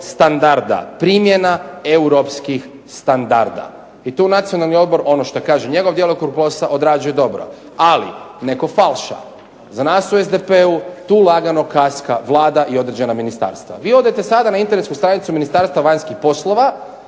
standarda, primjena europskih standarda. I tu Nacionalni odbor, ono što je kažem njegov djelokrug posla, odrađuje dobro. Ali, netko falša. Za nas u SDP-u tu lagano kaska Vlada i određena ministarstva. Vi odete sada na internetsku stranicu Ministarstva vanjskih poslova